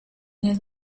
nel